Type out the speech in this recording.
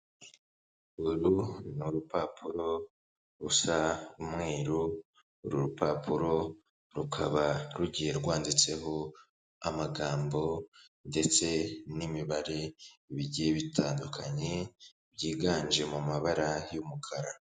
Uru ni urupapuro rusa umweru, uru rupapuro rukaba rugiye rwanditseho amagambo ndetse n'imibare bigiye bitandukanye, byiganje mu mabara y'umukara.